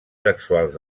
sexuals